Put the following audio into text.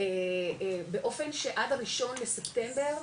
באופן שעד ה-1 בספטמבר,